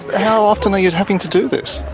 how often are you having to do this?